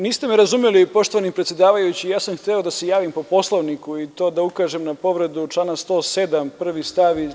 Niste me razumeli, gospodine predsedavajući, ja sam hteo da se javim po Poslovniku i to da ukažem na povredu člana 107. prvi stav…